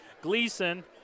Gleason